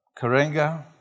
Karenga